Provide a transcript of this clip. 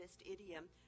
idiom